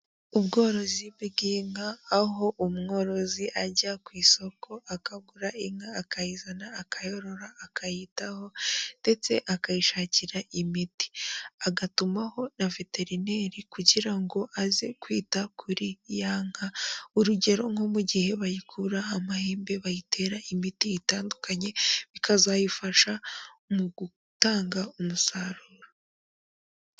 Ubworozi bw'inka aho umworozi ajya ku isoko akagura inka akayizana, akayorora, akayitaho, ndetse akayishakira imiti, agatumaho na veterineri kugira ngo aze kwita kuri ya nka, urugero nko mu gihe bayikuraho amahembe bayitera imiti itandukanye, bikazayifasha mu gutanga umusaruro.